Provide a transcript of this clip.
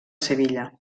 sevilla